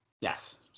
Yes